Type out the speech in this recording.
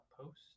post